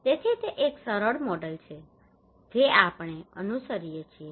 તેથી તે એક સરળ મોડેલ છે જે આપણે અનુસરીએ છીએ